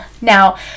now